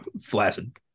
flaccid